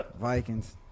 Vikings